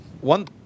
one